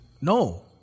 No